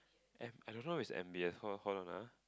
M I don't know if is N_B_S hold hold on ah